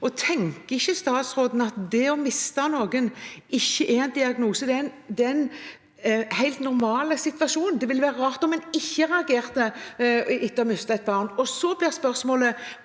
Tenker ikke statsråden at det å miste noen, ikke er en diagnose? Det er en helt normal situasjon, det ville være rart om en ikke reagerte etter å ha mistet et barn. Så blir spørsmålet